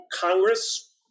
Congress